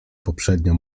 poprzednio